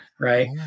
right